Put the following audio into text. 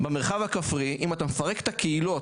במרחב הכפרי אם אתה מפרק את הקהילות